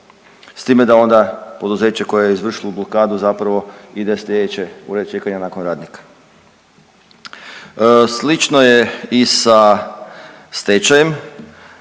s time da onda poduzeće koje je izvršilo blokadu zapravo ide slijedeće u red čekanja nakon radnika. Slično je i sa stečajem